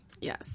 Yes